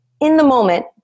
in-the-moment